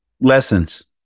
Lessons